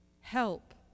help